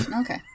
Okay